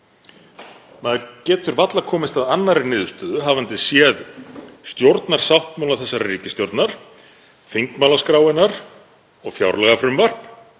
Maður getur varla komist að annarri niðurstöðu, eftir að hafa séð stjórnarsáttmála þessarar ríkisstjórnar, þingmálaskrá hennar og fjárlagafrumvarp,